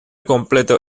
completo